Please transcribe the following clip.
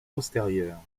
postérieures